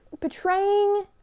portraying